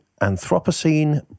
Anthropocene